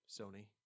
Sony